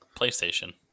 PlayStation